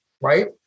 right